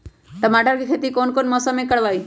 टमाटर की खेती कौन मौसम में करवाई?